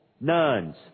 Nuns